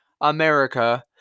America